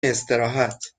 استراحت